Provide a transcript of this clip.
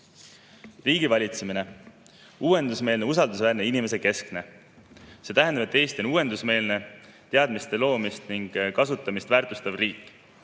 Riigivalitsemine – uuendusmeelne, usaldusväärne, inimesekeskne. See tähendab, et Eesti on uuendusmeelne, teadmiste loomist ning kasutamist väärtustav riik.